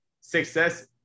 success